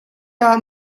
tah